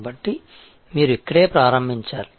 కాబట్టి మీరు ఇక్కడే ప్రారంభించాలి